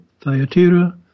Thyatira